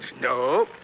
No